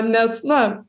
nes na